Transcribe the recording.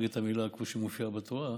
לא אגיד את המילה כפי שמופיעה בתורה,